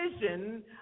vision